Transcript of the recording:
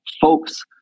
folks